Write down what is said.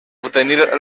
obtenir